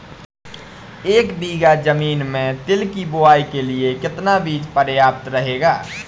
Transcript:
एक बीघा ज़मीन में तिल की बुआई के लिए कितना बीज प्रयाप्त रहेगा?